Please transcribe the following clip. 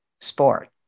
sport